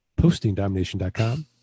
postingdomination.com